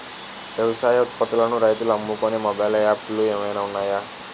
వ్యవసాయ ఉత్పత్తులను రైతులు అమ్ముకునే మొబైల్ యాప్ లు ఏమైనా ఉన్నాయా?